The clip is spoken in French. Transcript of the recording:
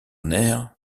nerfs